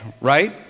right